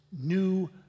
new